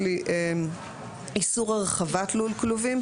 25. איסור הרחבת לול כלובים.